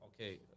Okay